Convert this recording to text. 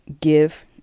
give